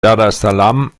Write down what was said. daressalam